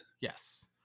yes